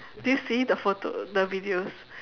do you see the photo the videos